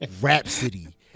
Rhapsody